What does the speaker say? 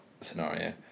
scenario